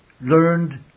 learned